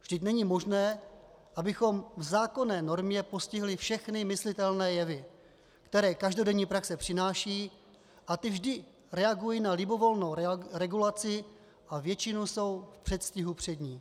Vždyť není možné, abychom v zákonné normě postihli všechny myslitelné jevy, které každodenní praxe přináší, a ty vždy reagují na libovolnou regulaci a většinou jsou v předstihu před ní.